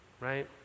right